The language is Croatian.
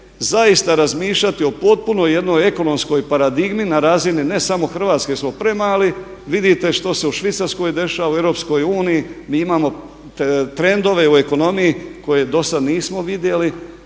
zaista razmišljati o potpunoj jednoj ekonomskoj paradigmi na razini ne samo Hrvatske jer smo premali. Vidite što se u Švicarskoj dešava, EU? Mi imamo trendove u ekonomiji koje dosad nismo vidjeli